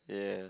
ya